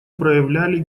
проявляли